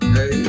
Hey